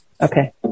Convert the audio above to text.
Okay